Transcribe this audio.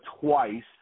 twice